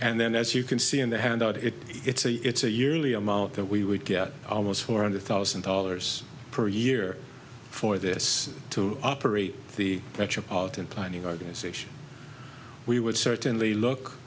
and then as you can see in the handout if it's a it's a yearly amount that we would get almost four hundred thousand dollars per year for this to operate the metropolitan planning organization we would certainly look